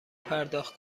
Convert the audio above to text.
پرداخت